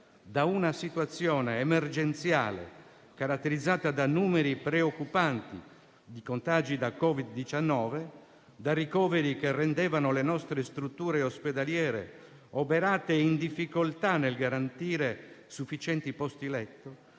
da una situazione emergenziale - caratterizzata da numeri preoccupanti di contagi da Covid-19, da ricoveri che rendevano le nostre strutture ospedaliere oberate e in difficoltà nel garantire sufficienti posti letto